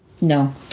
No